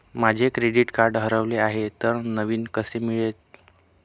माझे credit card हरवले आहे तर नवीन कसे मिळेल?